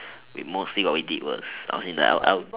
mostly what we did was I was in the L L